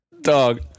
Dog